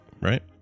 Right